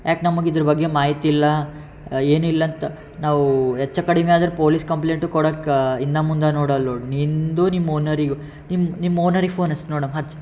ಯಾಕೆ ನಮ್ಗೆ ಇದ್ರ ಬಗ್ಗೆ ಮಾಹಿತಿ ಇಲ್ಲ ಏನಿಲ್ಲ ಅಂತ ನಾವು ಹೆಚ್ಚು ಕಡಿಮೆ ಆದ್ರೆ ಪೊಲೀಸ್ ಕಂಪ್ಲೇಂಟು ಕೊಡೋಕೆ ಹಿಂದೆ ಮುಂದೆ ನೋಡೋಲ್ಲ ನೋಡಿ ನಿಂದು ನಿಮ್ಮ ಓನರಿಗೂ ನಿಮ್ಮ ನಿಮ್ಮ ಓನರಿಗೆ ಫೋನ್ ಹಚ್ಚಿ ನೋಡಮ್ಮ ಹಚ್ಚಿ